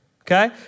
okay